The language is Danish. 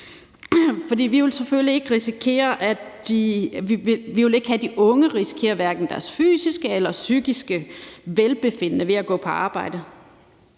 ikke have, at de unge risikerer hverken deres fysiske eller psykiske velbefindende ved at gå på arbejde,